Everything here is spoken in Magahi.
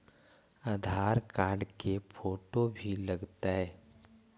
आधार कार्ड के फोटो भी लग तै?